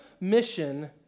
mission